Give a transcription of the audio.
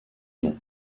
nom